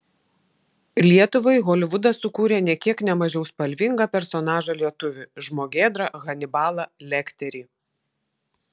lietuvai holivudas sukūrė nė kiek ne mažiau spalvingą personažą lietuvį žmogėdrą hanibalą lekterį